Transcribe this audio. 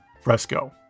Fresco